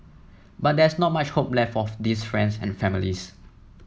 but there's not much hope left for these friends and families